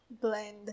blend